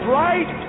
right